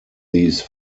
these